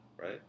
right